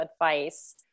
advice